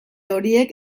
horiek